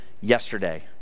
yesterday